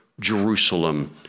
Jerusalem